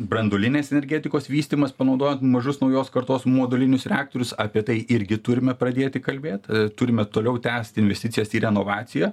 branduolinės energetikos vystymas panaudojant mažus naujos kartos modulinius reaktorius apie tai irgi turime pradėti kalbėt turime toliau tęsti investicijas į renovaciją